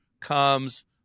comes